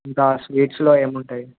ఇంకా స్వీట్స్లో ఏమి ఉంటాయి